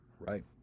Right